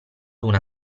una